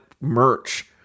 merch